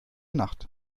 nacht